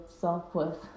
self-worth